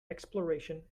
exploration